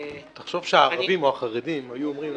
תחשוב שהחרדים או הערבים היו אומרים: